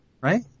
right